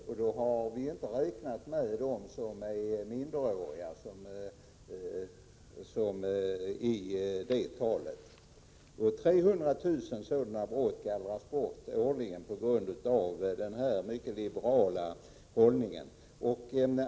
Och då har vi inte räknat med dem som begås av minderåriga. Årligen gallras alltså 300 000 sådana brott bort på grund av denna mycket liberala hållning.